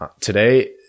today